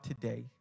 today